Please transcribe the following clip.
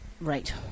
Right